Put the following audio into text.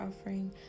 offering